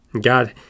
God